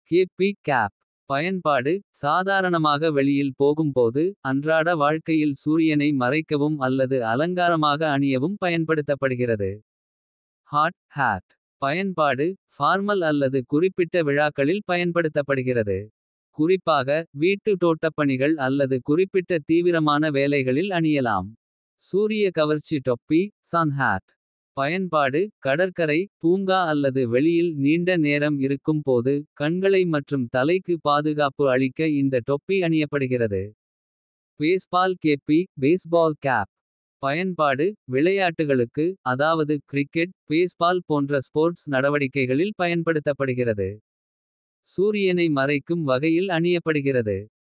கேப்பி பயன்பாடு சாதாரணமாக வெளியில் போகும்போது. அன்றாட வாழ்க்கையில் சூரியனை மறைக்கவும் அல்லது. அலங்காரமாக அணியவும் பயன்படுத்தப்படுகிறது. ஹாட் பயன்பாடு பார்மல் அல்லது குறிப்பிட்ட விழாக்களில். பயன்படுத்தப்படுகிறது குறிப்பாக வீட்டு தோட்டப்பணிகள். அல்லது குறிப்பிட்ட தீவிரமான வேலைகளில் அணியலாம். சூரிய கவர்ச்சி தொப்பி பயன்பாடு கடற்கரை பூங்கா அல்லது. வெளியில் நீண்ட நேரம் இருக்கும் போது கண்களை மற்றும் தலைக்கு. பாதுகாப்பு அளிக்க இந்த தொப்பி அணியப்படுகிறது. பேஸ்பால் கேப்பி பயன்பாடு விளையாட்டுகளுக்கு அதாவது கிரிக்கெட். பேஸ்பால் போன்ற ஸ்போர்ட்ஸ் நடவடிக்கைகளில். பயன்படுத்தப்படுகிறது சூரியனை மறைக்கும். வகையில் அணியப்படுகிறது.